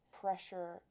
pressure